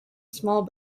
small